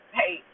hey